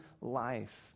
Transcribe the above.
life